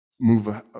move